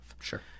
Sure